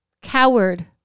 Coward